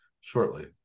shortly